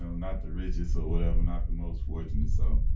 so not the richest or whatever, not the most fortunate. so,